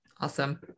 Awesome